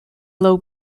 low